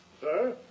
Sir